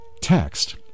text